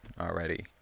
already